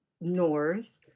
north